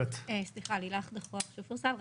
לילך דחוח, שופרסל.